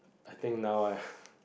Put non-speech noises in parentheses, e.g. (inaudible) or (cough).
I think now I (laughs)